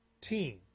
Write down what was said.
team